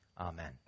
amen